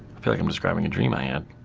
feel like i'm describing a dream i and